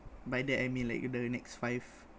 by that I mean like the next five